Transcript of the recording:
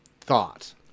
thought